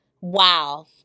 Wow